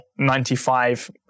95